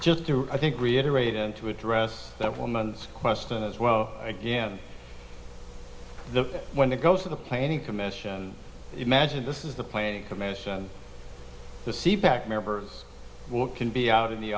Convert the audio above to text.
just do i think reiterate and to address that woman's question as well again the one that goes to the planning commission imagine this is the planning commission the seebeck members what can be out in the